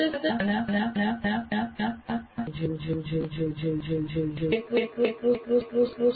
તે ગમે તેટલું સરળ હોય પરંતુ તે તરત જ લાગુ થવું જોઈએ